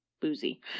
boozy